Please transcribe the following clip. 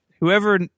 whoever